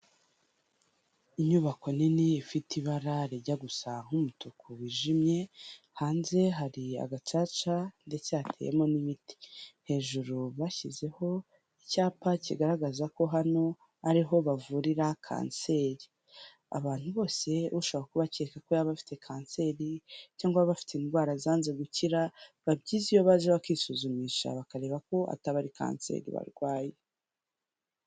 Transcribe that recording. Inyubako nini ifite ibara rijya gusa nk'umutuku wijimye, hanze hari agacaca ndetse hateyemo n'imiti, hejuru bashyizeho icyapa kigaragaza ko hano, ariho bavurira kanseri, abantu bose ushaka kubakeka ko yaba afite kanseri, cyangwa bafite indwara zanze gukira, biba byiza iyo baje bakisuzumisha bakareba ko ataba kanseri barwaye.